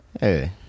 Hey